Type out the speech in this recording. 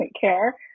care